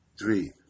three